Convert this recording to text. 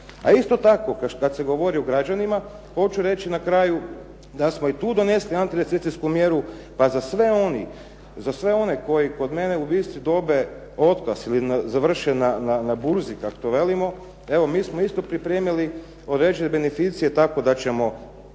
A isto tako, kad se govori o građanima, hoću reći na kraju da smo i tu donesli antirecesijsku mjeru pa za sve one koji kod mene u Bistri dobiju otkaz ili završe na burzi kako to velimo, evo mi smo isto pripremili … /Govornik se ne razumije./… beneficije tako da ćemo